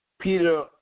Peter